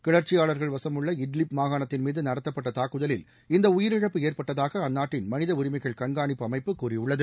கிளர்க்சியாளர்கள் வசம் உள்ள இட்லிப் மாகாணத்தின் மீது நடத்தப்பட்ட தாக்குதலில் இந்தப்பட்டையிாி ழுப்ப ஏ ற்பட்டதாக அந்நாட்டின் மனித உரிமைகள் கண்காணிப்பட அமைப்பட்கூறிய ள்ளது